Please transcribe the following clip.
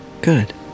Good